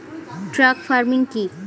Truck farming কি?